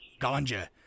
ganja